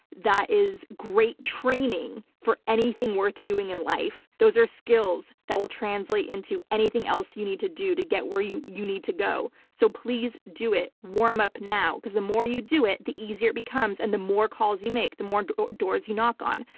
that is great training for anything worth doing in life. those are skills that will translate into anything else you need to do to get where you you need to go. so please do it. warm up now because the more you do it the easier it becomes and the more calls you make the more and doors you knock on.